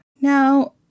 Now